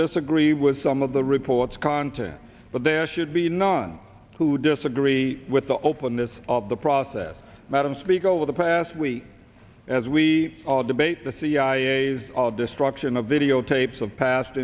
disagree with some of the report's contents but there should be none who disagree with the openness of the process madam speaker over the past week as we debate the cia of destruction of videotapes of past